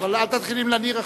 אבל אל תתחיל עם לניר עכשיו.